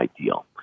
ideal